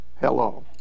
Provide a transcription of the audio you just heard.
Hello